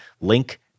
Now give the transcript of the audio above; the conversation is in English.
link